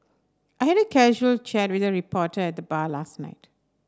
I had a casual chat with a reporter at the bar last night